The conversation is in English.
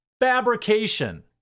fabrication